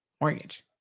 Mortgage